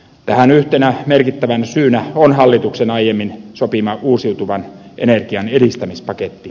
tähän yhtenä merkittävänä syynä on hallituksen aiemmin sopima uusiutuvan energian edistämispaketti